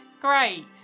Great